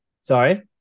Sorry